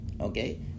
Okay